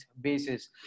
basis